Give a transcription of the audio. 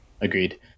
Agreed